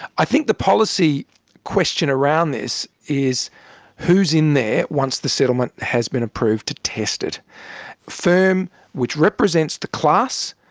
i think the policy question around this is who's in there once the settlement has been approved to test it? a firm which represents the class,